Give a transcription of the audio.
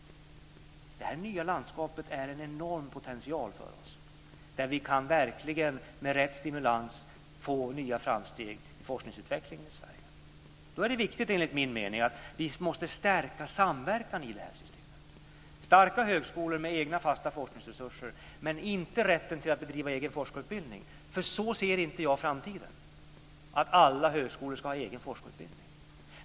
Detta nya landskap är en enorm potential för oss. Vi kan med rätt stimulans få nya framsteg i forskningsutvecklingen i Sverige. Då är det enligt min mening viktigt att vi stärker samverkan i systemet. Det ska vara starka högskolor med egna fasta forskningsresurser, men inte med rätten att bedriva egen forskarutbildning. Jag ser inte framtiden som så att alla högskolor ska ha egen forskarutbildning.